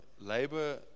labor